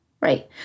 Right